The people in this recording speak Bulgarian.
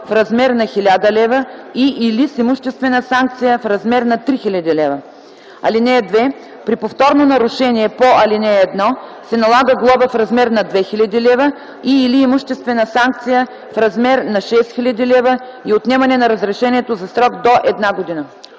лв. (2) При повторно нарушение по ал. 1 се налага глоба в размер на 1000 лв. и/или имуществена санкция в размер на 4000 лв. и отнемане на разрешението за срок до една година.”